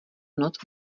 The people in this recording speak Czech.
noc